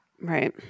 Right